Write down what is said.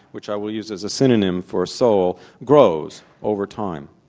which i will use as a synonym for soul, grows, over time.